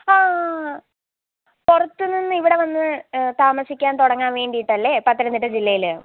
ആ ആ പുറത്ത് നിന്ന് ഇവിടെ വന്ന് താമസിക്കാൻ തുടങ്ങാൻ വേണ്ടീട്ടല്ലേ പത്തനംത്തിട്ട ജില്ലയിൽ